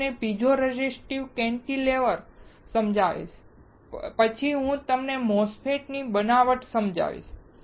હું તમને piezo resistive cantilever સમજાવીશ અને પછી હું તમને MOSFETS ની બનાવટ સમજાવીશ